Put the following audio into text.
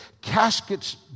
caskets